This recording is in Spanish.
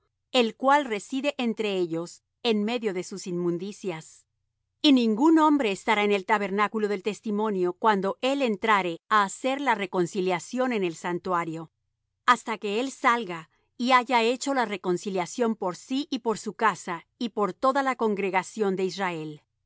el cual reside entre ellos en medio de sus inmundicias y ningún hombre estará en el tabernáculo del testimonio cuando él entrare á hacer la reconciliación en el santuario hasta que él salga y haya hecho la reconciliación por sí y por su casa y por toda la congregación de israel